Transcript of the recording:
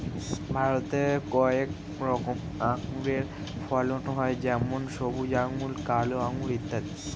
ভারতে কয়েক রকমের আঙুরের ফলন হয় যেমন সবুজ আঙুর, কালো আঙুর ইত্যাদি